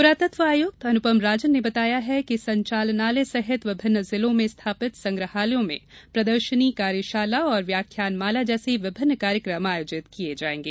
पुरातत्व आयुक्त अनुपम राजन ने बताया है कि संचालनालय सहित विभिन्न जिलों में स्थापित संग्रहालयों में प्रदर्शनी कार्यशाला और व्याख्यान माला जैसे विभिन्न कार्यक्रम आयोजित किये जायेंगे